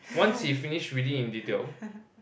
once he finished reading in detail